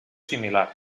similar